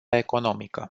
economică